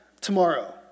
tomorrow